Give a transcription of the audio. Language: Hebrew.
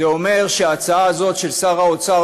זה אומר שההצעה הזאת של שר האוצר,